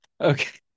okay